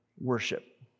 worship